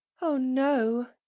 oh no.